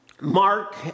Mark